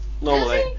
normally